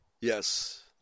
Yes